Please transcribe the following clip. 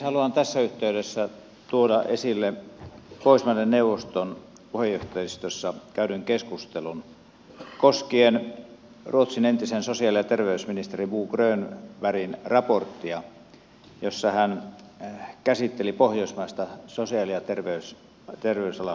haluan tässä yhteydessä tuoda esille pohjoismaiden neuvoston puheenjohtajistossa käydyn keskustelun koskien ruotsin entisen sosiaali ja terveysministeri bo könbergin raporttia jossa hän käsitteli pohjoismaista sosiaali ja terveysalan yhteistyötä